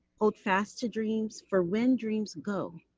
hold fast to dreams, for when dreams go,